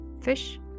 fish